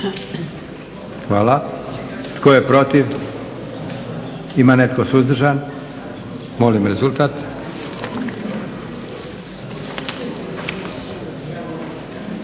Hvala. Tko je protiv? Ima netko suzdržan? Molim rezultat.